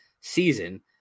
season